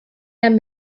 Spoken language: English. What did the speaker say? i’m